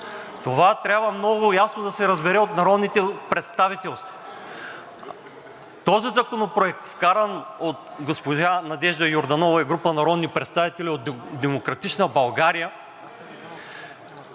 Това трябва много ясно да се разбере от народното представителство. Този законопроект, вкаран от госпожа Надежда Йорданова и група народни представители от „Демократична България“,